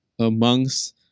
amongst